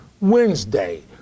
Wednesday